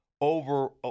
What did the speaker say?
over